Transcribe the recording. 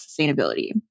sustainability